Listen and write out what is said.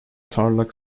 tarlac